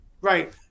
Right